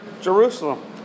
Jerusalem